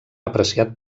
apreciat